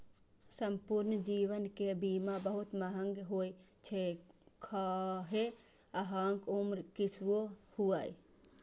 संपूर्ण जीवन के बीमा बहुत महग होइ छै, खाहे अहांक उम्र किछुओ हुअय